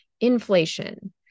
inflation